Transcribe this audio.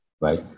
right